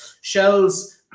Shells